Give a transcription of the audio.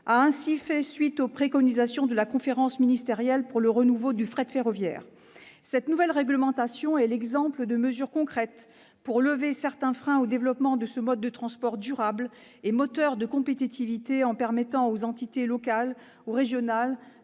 a fait suite aux préconisations de la conférence ministérielle pour le renouveau du fret ferroviaire. Cette nouvelle réglementation est l'exemple de mesures concrètes pour lever certains freins au développement de ce mode de transport durable, moteur de compétitivité, en permettant aux entités locales ou régionales